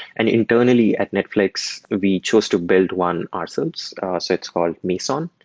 and internally, at netflix, we chose to build one ourselves. so it's called meson.